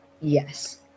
yes